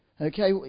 okay